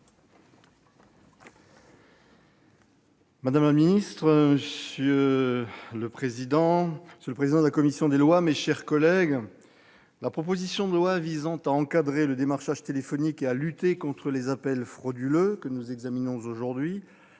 madame la secrétaire d'État, monsieur le président de la commission, mes chers collègues, la proposition de loi visant à encadrer le démarchage téléphonique et à lutter contre les appels frauduleux, que nous examinons aujourd'hui,